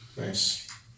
Nice